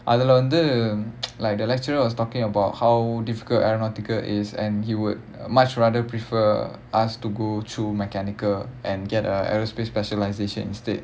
அதுல வந்து:athula vanthu like the lecturer was talking about how difficult aeronautical is and he would much rather prefer us to go through mechanical and get a aerospcae specialisation insetad